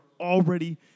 already